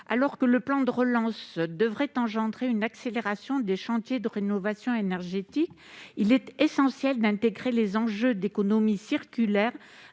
Alors que le plan de relance devrait permettre une accélération des chantiers de rénovation énergétique, il est primordial d'intégrer les enjeux liés à l'économie circulaire